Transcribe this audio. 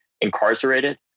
incarcerated